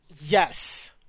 Yes